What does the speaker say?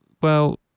Well-